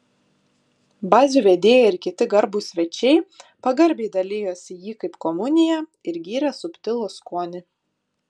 bazių vedėjai ir kiti garbūs svečiai pagarbiai dalijosi jį kaip komuniją ir gyrė subtilų skonį